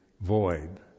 void